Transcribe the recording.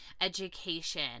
education